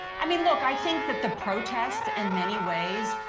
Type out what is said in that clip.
i mean, look, i think that the protests in many ways